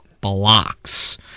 blocks